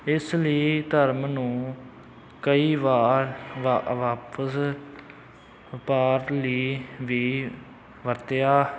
ਇਸ ਲਈ ਧਰਮ ਨੂੰ ਕਈ ਵਾਰ ਵਾ ਵਾਪਸ ਬਾਹਰ ਲਈ ਵੀ ਵਰਤਿਆ